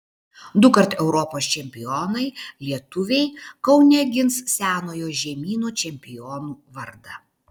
dukart europos čempionai lietuviai kaune gins senojo žemyno čempionų vardą